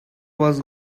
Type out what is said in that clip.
was